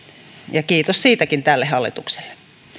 ja kiitos siitäkin tälle hallitukselle